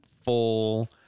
full